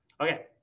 Okay